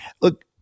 Look